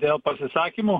dėl pasisakymų